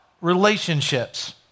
relationships